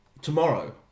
tomorrow